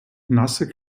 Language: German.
nasse